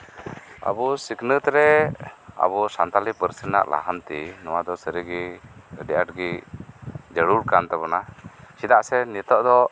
ᱟᱵᱩ ᱥᱤᱠᱷᱱᱟᱹᱛ ᱨᱮ ᱟᱵᱩ ᱥᱟᱱᱛᱟᱞᱤ ᱯᱟᱹᱨᱥᱤ ᱨᱮᱱᱟᱜ ᱞᱟᱦᱟᱱᱛᱤ ᱱᱚᱣᱟ ᱫᱚ ᱥᱟᱹᱨᱤᱜᱤ ᱟᱹᱰᱤ ᱟᱴᱜᱤ ᱡᱟᱹᱨᱩᱲ ᱠᱟᱱᱛᱟᱵᱩᱱᱟ ᱪᱮᱫᱟᱜ ᱥᱮ ᱱᱤᱛᱚᱜ ᱫᱚ